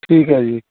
ਠੀਕ ਹੈ ਜੀ